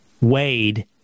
Wade